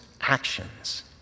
actions